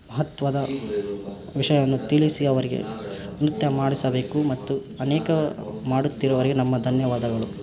ಮಹತ್ವದ ವಿಷಯವನ್ನು ತಿಳಿಸಿ ಅವರಿಗೆ ನೃತ್ಯ ಮಾಡಿಸಬೇಕು ಮತ್ತು ಅನೇಕ ಮಾಡುತ್ತಿರುವವರಿಗೆ ನಮ್ಮ ಧನ್ಯವಾದಗಳು